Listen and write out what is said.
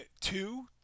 two